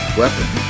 weapon